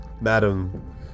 Madam